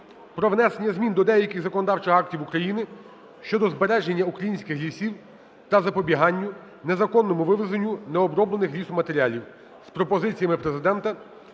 "Про внесення змін до деяких законодавчих актів України щодо збереження українських лісів та запобіганню незаконному вивезенню необроблених лісоматеріалів" з пропозиціями Президента